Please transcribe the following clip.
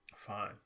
Fine